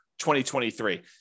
2023